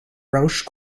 roche